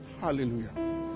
Hallelujah